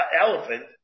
elephant